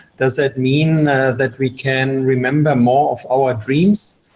does that mean that we can remember more of our dreams?